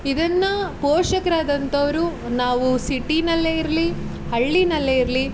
ಇದನ್ನು ಪೋಷಕರಾದಂಥವ್ರು ನಾವು ಸಿಟಿಯಲ್ಲೇ ಇರಲಿ ಹಳ್ಳಿಯಲ್ಲೇ ಇರಲಿ